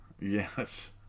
Yes